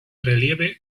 relieve